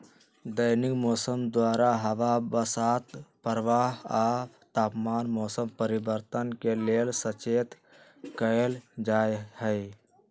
दैनिक मौसम द्वारा हवा बसात प्रवाह आ तापमान मौसम परिवर्तन के लेल सचेत कएल जाइत हइ